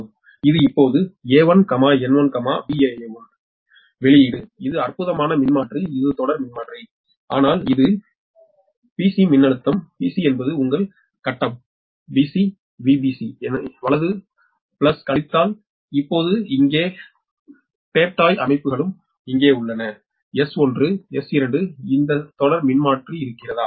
இது இப்போது A1 n1 Van1 வெளியீடு இது அற்புதமான மின்மாற்றி இது தொடர் மின்மாற்றி ஆனால் இது பிசி மின்னழுத்தம் பிசி என்பது உங்கள் கட்டம் பிசி விபிசி வலது பிளஸ் கழித்தல் இப்போது இங்கே டேப்டாப் அமைப்புகளும் இங்கே உள்ளன எஸ் 1 எஸ் 2 இந்த தொடர் மின்மாற்றி இருக்கிறதா